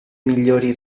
migliori